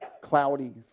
cloudy